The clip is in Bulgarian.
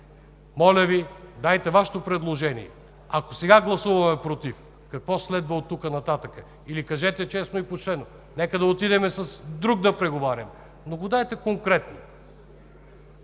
Моля Ви, дайте Вашето предложение. Ако сега гласуваме „против“, какво следва оттук нататък? Или кажете честно и почтено: нека да отидем с друг да преговаряме. Дайте го обаче конкретно